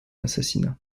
assassinat